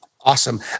Awesome